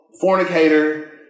fornicator